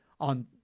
on